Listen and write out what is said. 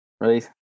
right